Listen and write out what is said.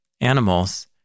animals